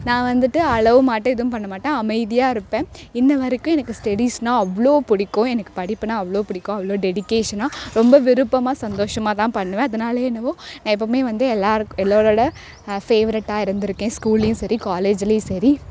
நான் வந்துட்டு அழவும் மாட்டேன் எதுவும் பண்ணமாட்டேன் அமைதியாக இருப்பேன் இன்ன வரைக்கும் எனக்கு ஸ்டடிஸ்னால் அவ்வளோ பிடிக்கும் எனக்கு படிப்புனால் அவ்வளோ பிடிக்கும் அவ்வளோ டெடிகேஷனாக ரொம்ப விருப்பமாக சந்தோஷமாக தான் பண்ணுவேன் அதனாலே என்னவோ நான் எப்பவுமே வந்து எல்லாருக்கும் எல்லாரோடய ஃபேவரட்டாக இருந்திருக்கேன் ஸ்கூல்லேயும் சரி காலேஜ்லேயும் சரி